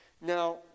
Now